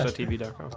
and tv doctor,